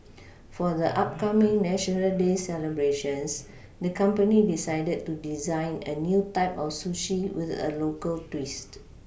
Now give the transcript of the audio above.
for the upcoming national day celebrations the company decided to design a new type of sushi with a local twist